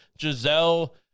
Giselle